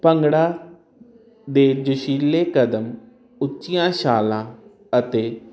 ਭੰਗੜਾ ਦੇ ਜੋਸ਼ੀਲੇ ਕਦਮ ਉੱਚੀਆਂ ਛਾਲਾਂ ਅਤੇ